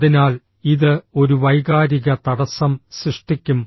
അതിനാൽ ഇത് ഒരു വൈകാരിക തടസ്സം സൃഷ്ടിക്കും